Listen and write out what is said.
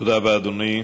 תודה רבה, אדוני.